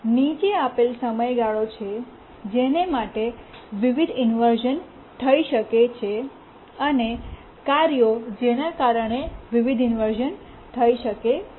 નીચે આપેલ સમયગાળો છે જેના માટે વિવિધ ઇન્વર્શ઼ન થઈ શકે છે અને કાર્યો જેના કારણે વિવિધ ઇન્વર્શ઼ન થઈ શકે છે